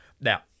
Now